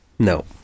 No